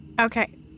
Okay